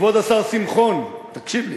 כבוד השר שמחון, תקשיב לי.